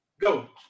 Go